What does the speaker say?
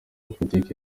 politiki